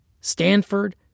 Stanford